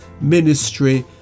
ministry